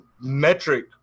metric